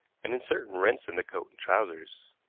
and in certain rents in the coat and trousers.